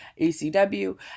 ACW